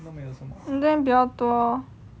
你那边比较多